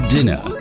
Dinner